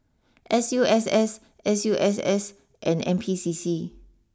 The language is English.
S U S S S U S S and N P C C